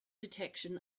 detection